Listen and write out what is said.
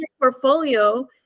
portfolio